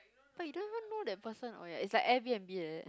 but you don't even know that person oh ya it's like air-b_n_b like that